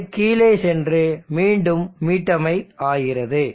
இது கீழே சென்று மீண்டும் மீட்டமை ஆகிறது